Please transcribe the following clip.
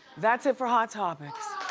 that's it for hot topics.